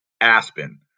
Aspen